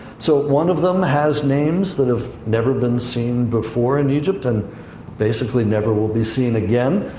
so one of them has names that have never been seen before in egypt, and basically never will be seen again.